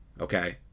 Okay